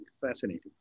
Fascinating